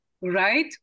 right